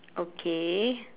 okay